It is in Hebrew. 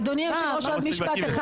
אדוני היושב ראש, עוד משפט אחד,